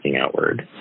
outward